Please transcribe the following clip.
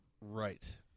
Right